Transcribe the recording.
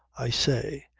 i say,